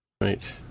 Right